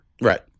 Right